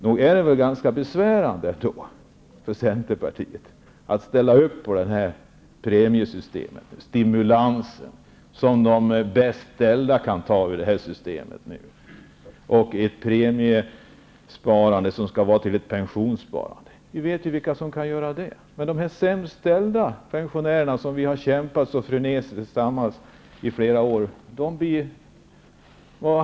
Nog är det ganska besvärande för Centerpartiet att ställa upp på det här premiesystemet och den stimulans som de bäst ställda får del av i det här systemet? Premiesparandet skall vara till ett pensionssparande. Vi vet ju vilka som kan göra det. Men var hamnar de sämst ställda pensionärerna som vi har kämpat för så frenetiskt tillsammans i flera år?